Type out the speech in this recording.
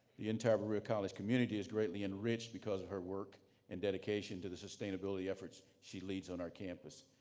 the entire berea college community is greatly enriched because of her work and dedication to the sustainability efforts she leads on our campus.